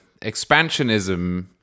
expansionism